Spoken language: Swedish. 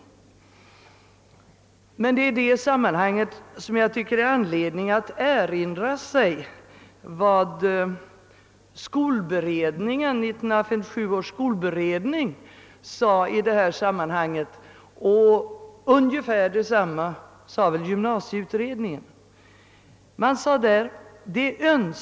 I det sammanhanget tycker jag det finns anledning att erinra sig vad 1957 års skolberedning sade ungefär detsamma anförde väl också gymnasieutredningen.